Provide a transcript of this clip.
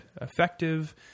effective